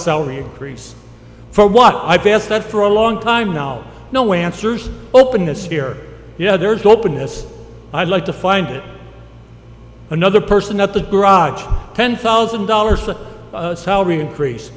salary increase for what i've asked that for a long time now no way answers openness fear yeah there's openness i'd like to find another person up the garage ten thousand dollars a salary increase